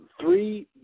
Three